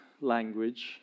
language